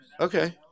Okay